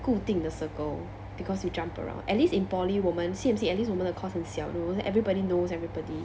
固定的 circle because you jump around at least in poly 我们 at least 我们的 course 很小 you know so everybody knows everybody